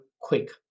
quick